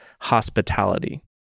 hospitality